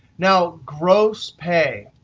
now, gross pay.